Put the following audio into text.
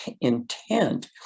intent